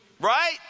Right